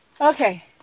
okay